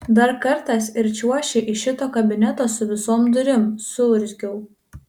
dar kartas ir čiuoši iš šito kabineto su visom durim suurzgiau